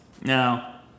now